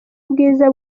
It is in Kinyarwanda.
ubwiza